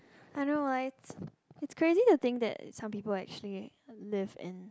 I know why it's crazy the thing that some people actually live in